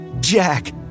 Jack